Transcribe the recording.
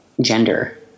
gender